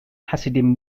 hasidim